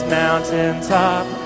mountaintop